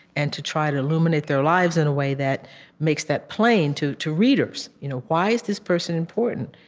and to try to illuminate their lives in a way that makes that plain to to readers you know why is this person important?